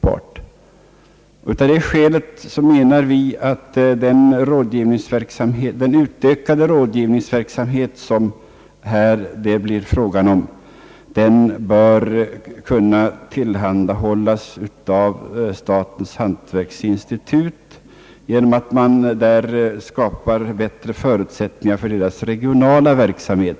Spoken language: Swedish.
Av det skälet menar vi att den utökade rådgivningsverksamhet som det blir frågan om här bör kunna tillhandahållas av statens hantverksinstitut genom att man skapar bättre förutsättningar för deras regionala verksamhet.